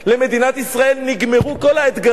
למדינת ישראל נגמרו כל האתגרים,